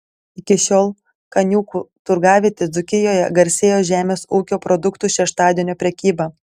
iki šiol kaniūkų turgavietė dzūkijoje garsėjo žemės ūkio produktų šeštadienio prekyba